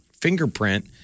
fingerprint